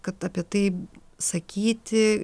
kad apie tai sakyti